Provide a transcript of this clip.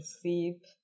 sleep